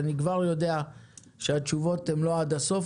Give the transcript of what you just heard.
אני כבר יודע שהתשובות לא עד הסוף,